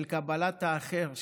של קבלת האחר,